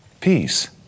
Peace